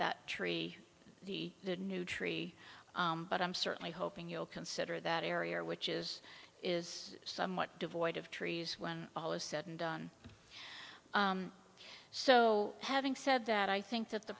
that tree the new tree but i'm certainly hoping you'll consider that area which is is somewhat devoid of trees when all is said and done so having said that i think that the